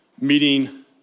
meeting